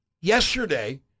yesterday